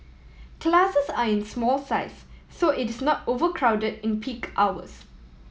classes are in small size so it is not overcrowded in peak hours